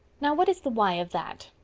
now, what is the why of that?